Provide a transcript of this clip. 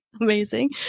Amazing